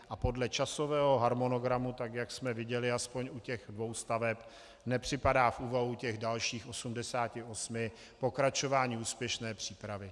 A podle časového harmonogramu, jak jsme viděli aspoň u těch dvou staveb, nepřipadá v úvahu těch dalších 88 pokračování úspěšné přípravy.